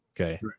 okay